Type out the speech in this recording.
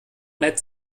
nett